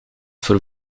voor